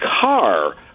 car